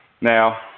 Now